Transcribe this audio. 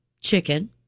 chicken